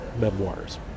memoirs